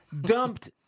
dumped